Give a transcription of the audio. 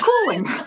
cooling